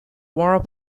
war